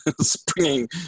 springing